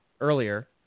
earlier